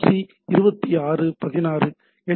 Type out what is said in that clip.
C 2616 H